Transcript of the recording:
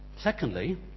secondly